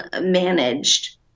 managed